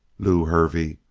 lew hervey,